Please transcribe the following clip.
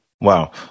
Wow